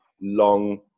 long